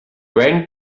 went